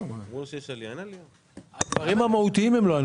הם לא ענו לנו על הדברים המהותיים.